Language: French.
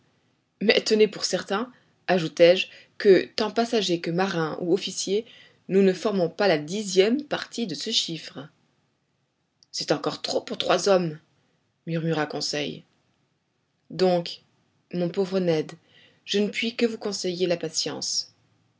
mais tenez pour certain ajoutai-je que tant passagers que marins ou officiers nous ne formons pas la dixième partie de ce chiffre c'est encore trop pour trois hommes murmura conseil donc mon pauvre ned je ne puis que vous conseiller la patience